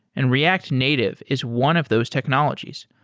and react native is one of those technologies.